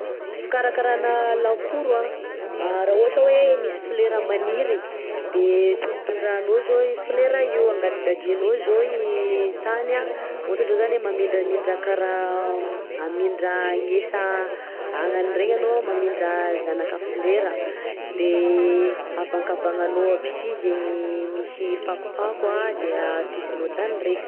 Fikarakarana lakoro raha ohatra hoe misy fleur maniry de tondratondrahanao zao i fleur io, angadingadinao zao i tany a ohatra zao zany hoe mamindramindra kara hamindra hagnetsa agnana regny anao mamindra zanaka fleur de avankavagnanao aby sy zegny misy fakopako an de ataobinao tany reka.